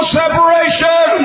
separation